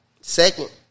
Second